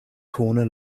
corner